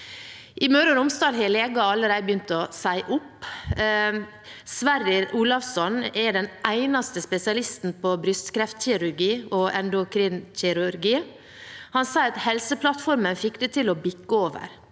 I Møre og Romsdal har leger allerede begynt å si opp. Sverrir Olafsson er den eneste spesialisten på brystkreftkirurgi og endokrinkirurgi. Han sier at Helseplattformen fikk det til å bikke over: